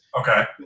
Okay